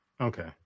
okay